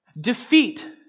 Defeat